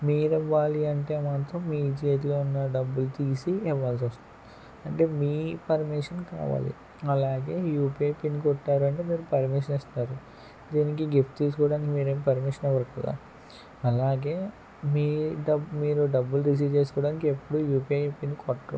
మీరు ఇవ్వాలి అంటే మాత్రం మీ చేతిలో ఉన్న డబ్బులు తీసి ఇవ్వాల్సివస్తుంది అంటే మీ పర్మిషన్ కావాలి అలాగే యూపీఐ పిన్ కొట్టారంటే మీరు పర్మిషన్ ఇస్తారు దీనికి గిఫ్ట్ తీసుకోవడానికి మీరేం పర్మిషన్ ఇవ్వరు కదా అలాగే మీ డబ్బు మీరు డబ్బులు రిసీవ్ చేసుకోవడానికి ఎప్పుడూ యూపీఐ పిన్ కొట్టరు